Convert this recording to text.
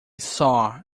saw